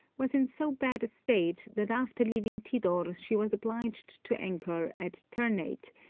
was in so bad a state that after leaving tidor, she was obliged to anchor at ternate,